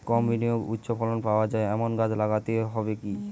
কম বিনিয়োগে উচ্চ ফলন পাওয়া যায় এমন গাছ লাগাতে হবে কি?